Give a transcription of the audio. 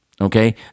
okay